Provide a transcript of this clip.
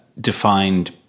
defined